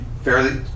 fairly